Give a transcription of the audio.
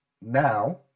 now